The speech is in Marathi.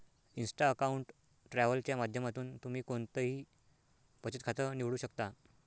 इन्स्टा अकाऊंट ट्रॅव्हल च्या माध्यमातून तुम्ही कोणतंही बचत खातं निवडू शकता